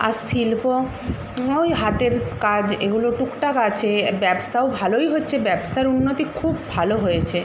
আর শিল্প ওই হাতের কাজ এগুলো টুকটাক আছে ব্যবসাও ভালোই হচ্ছে ব্যবসার উন্নতি খুব ভালো হয়েছে